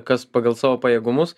kas pagal savo pajėgumus